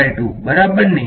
બરાબર ને